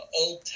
old